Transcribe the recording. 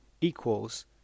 equals